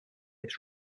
its